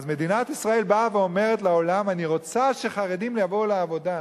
אז מדינת ישראל באה ואומרת לעולם: אני רוצה שחרדים יבואו לעבודה.